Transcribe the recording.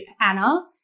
Anna